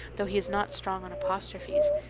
though he is not strong on apostrophes,